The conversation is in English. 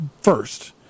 first